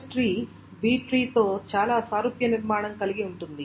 B tree B tree తో చాలా సారూప్య నిర్మాణం కలిగి ఉంటుంది